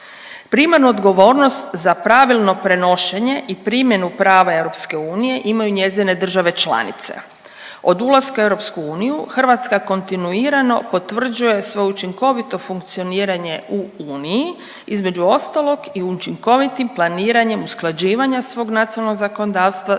Primarnu odgovornost za pravilno prenošenje i primjenu prava EU imaju njezine države članice. Od ulaska u EU Hrvatska kontinuirano potvrđuje svoje učinkovito funkcioniranje u uniji, između ostalog i učinkovitim planiranjem usklađivanja svog nacionalnog zakonodavstva